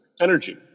Energy